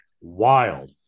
Wild